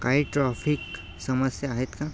काही ट्रॉफिक समस्या आहेत का